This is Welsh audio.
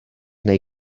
neu